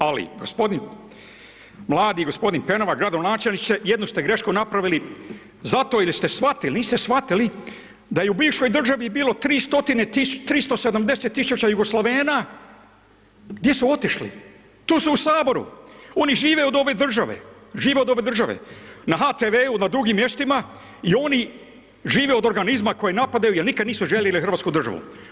Ali gospodin, mladi gospodin Penava gradonačelniče jednu ste grešku napravili zato jer ste shvatili, niste shvatili da je u bivšoj državi bilo 3 stotine tisuća, 370.000 jugoslavena gdje su otišli tu su u saboru, oni žive od ove države, žive od ove države na HTV-u na drugim mjestima i oni žive od organima koji napadaju jer nikada nisu željeli hrvatsku državu.